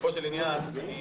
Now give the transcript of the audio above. לגופו של עניין, אני